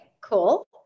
cool